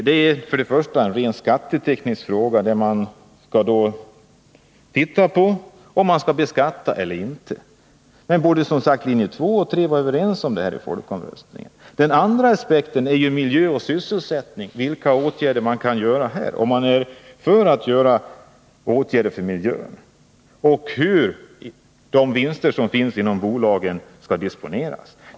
Det är för det första en rent skatteteknisk fråga: Skall man beskatta eller inte? Men linjerna 2 och 3 var 43 överens om detta i folkomröstningen. Det är för det andra fråga om vilka åtgärder man kan vidta för miljö och sysselsättning: Vill man vidta sådana åtgärder? Det är vidare fråga om hur de vinster som finns inom bolagen skall disponeras.